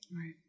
Right